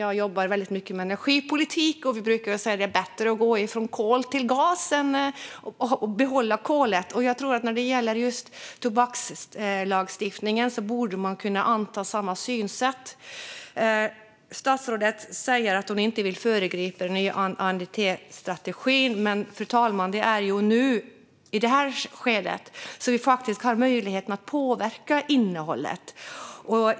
Jag jobbar mycket med energipolitik, och vi brukar säga att det är bättre att gå från kol till gas än att behålla kolet. När det gäller tobakslagstiftningen borde man kunna anta samma synsätt. Statsrådet säger att hon inte vill föregripa den nya ANDT-strategin, men det är ju i detta skede vi har möjlighet att påverka innehållet.